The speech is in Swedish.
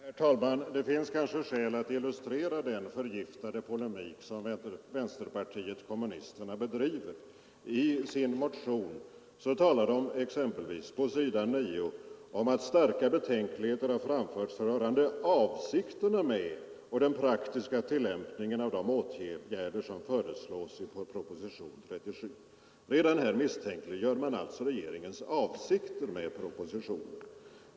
Herr talman! Det finns kanske skäl att illustrera den förgiftade polemik som vänsterpartiet kommunisterna för. På s. 9 i motionshäftet heter det att ”starka betänkligheter framförts rörande avsikterna med och den praktiska tillämpningen av de åtgärder som föreslås i proposition 37”. Redan här misstänkliggör man alltså regeringens avsikter med propositionen.